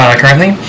currently